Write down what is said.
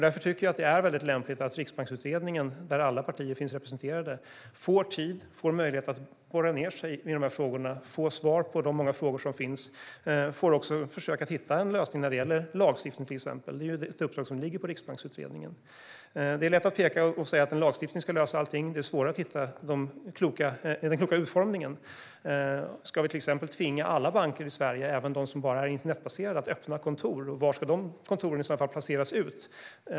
Därför tycker jag att det är lämpligt att Riksbankskommittén, där alla partier finns representerade, får tid och möjlighet att borra ned sig i och få svar på de många frågor som finns och försöker hitta en lösning när det gäller till exempel lagstiftning. Det är ett uppdrag som ligger på Riksbankskommittén. Det är lätt att säga att lagstiftning ska lösa allting. Det är svårare att hitta den kloka utformningen. Ska vi till exempel tvinga alla banker i Sverige, även de som bara finns på internet, att öppna kontor? Var ska de kontoren i så fall placeras?